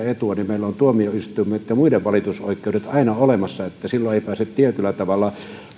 etua meillä on tuomioistuimet ja muiden valitusoikeudet aina olemassa niin että silloin ei pääse tietyllä tavalla